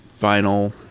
vinyl